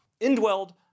indwelled